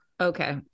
Okay